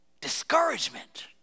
discouragement